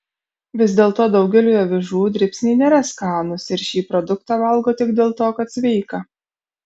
vis dėlto daugeliui avižų dribsniai nėra skanūs ir šį produktą valgo tik dėl to kad sveika